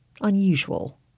unusual